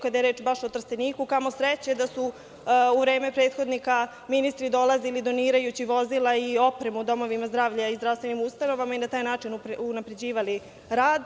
Kada je reč o Trsteniku, kamo sreće da su u vreme prethodnika ministri dolazili donirajući vozila i opremu domovima zdravlja i zdravstvenim ustanovama i na taj način unapređivali rad.